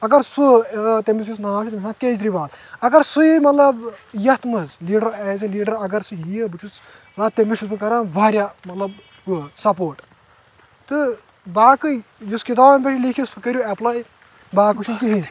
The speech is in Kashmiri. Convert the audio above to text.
اگر سُہ تٔمِس یُس ناو چھُ تٔمِس چھُ ناو کیجرِوال اگر سُہ ییہِ مطلب یتھ منٛز لیٖڈر ایز اےٚ لیٖڈر اگر سُہ ییہِ بہٕ چھُس کران تٔمِس چھُ بہٕ کران واریاہ مطلب سپوٹ تہٕ باقٕے یُس کتابن پٮ۪ٹھ لیکھِتھ سُہ کٔرِو اٮ۪پلاے باقے چھُنہٕ کہیٖنۍ